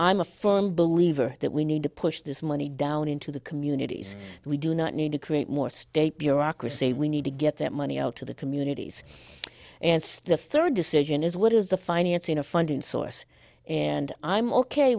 i'm a firm believer that we need to push this money down into the communities we do not need to create more state bureaucracy we need to get that money out to the communities and still a third decision is what is the financing of funding source and i'm ok